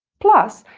plus,